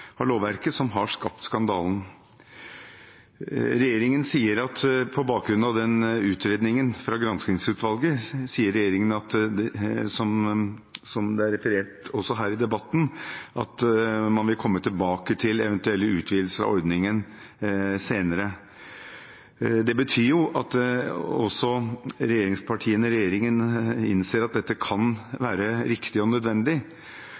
lovverket som har skapt skandalen. Regjeringen sier at man på bakgrunn av utredningen fra granskingsutvalget, som det er referert til også her i debatten, vil komme tilbake til eventuelle utvidelser av ordningen senere. Det betyr at også regjeringspartiene og regjeringen innser at dette kan være riktig og nødvendig.